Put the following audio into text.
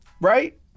right